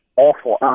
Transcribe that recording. awful